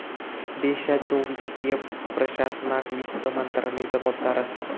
देशाच्यो वित्तीय प्रशासनाक वित्त मंत्रालय जबाबदार असा